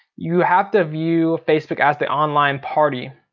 you have to view facebook as the online party.